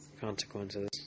consequences